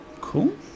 cool